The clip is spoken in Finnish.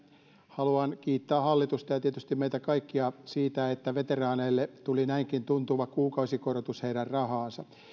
haluan kiittää hallitusta ja tietysti meitä kaikkia siitä että veteraaneille tuli näinkin tuntuva kuukausikorotus heidän rahaansa